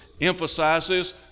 emphasizes